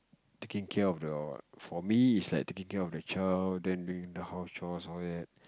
taking care of your for me is like taking care of the child then doing the house chores all that